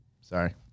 Sorry